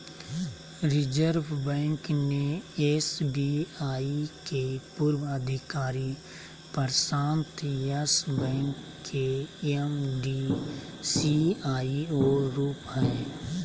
reserve bank ने SBI के पूर्व अधिकारी प्रशांत यस बैंक के एम.डी, सी.ई.ओ रूप हइ